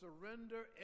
surrender